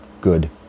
good